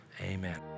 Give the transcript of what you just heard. amen